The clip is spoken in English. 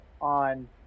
on